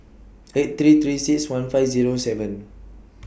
eight three three six one five Zero seven